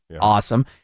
Awesome